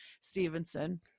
Stevenson